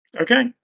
Okay